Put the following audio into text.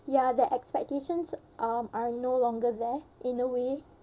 ya that expectations um are no longer there in a way